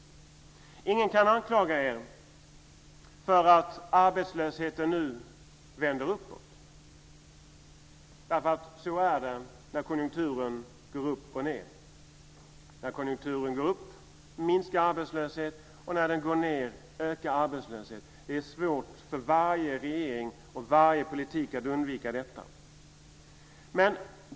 Ingen kan anklaga er för att arbetslösheten nu vänder uppåt därför att så är det när konjunkturen går upp och ned. När konjunkturen går upp minskar arbetslösheten, och när den går ned ökar arbetslösheten. Det är svårt för varje regering och varje politik att undvika detta.